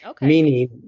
meaning